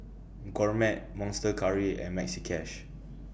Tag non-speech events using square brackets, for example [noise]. Gourmet Monster Curry and Maxi Cash [noise]